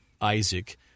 Isaac